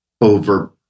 over